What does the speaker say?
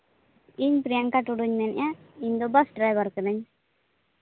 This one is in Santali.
ᱤᱧ ᱯᱨᱤᱭᱟᱝᱠᱟ ᱴᱩᱰᱩᱧ ᱢᱮᱱᱮᱫᱼᱟ ᱤᱧᱫᱚ ᱵᱟᱥ ᱰᱨᱟᱭᱵᱷᱟᱨ ᱠᱟᱹᱱᱟᱹᱧ